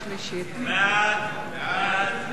חוק לתיקון פקודת התעבורה (מס' 108),